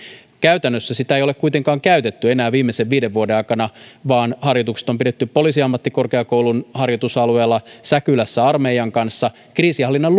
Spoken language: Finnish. käytännössä sitä ei ole kuitenkaan käytetty enää viimeisen viiden vuoden aikana vaan harjoitukset on pidetty poliisiammattikorkeakoulun harjoitusalueella tai säkylässä armeijan kanssa kriisinhallinnan